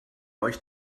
euch